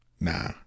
nah